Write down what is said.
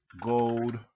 gold